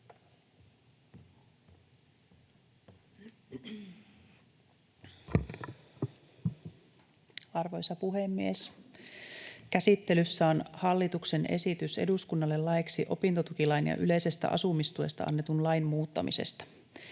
speech Section: 5 - Hallituksen esitys eduskunnalle laeiksi opintotukilain ja yleisestä asumistuesta annetun lain muuttamisesta